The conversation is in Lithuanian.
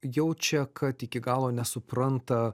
jaučia kad iki galo nesupranta